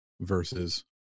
versus